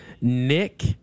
Nick